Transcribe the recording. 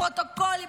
פרוטוקולים,